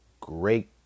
great